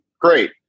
great